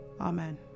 Amen